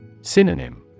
Synonym